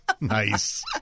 nice